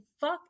fuck